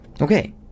Okay